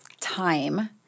time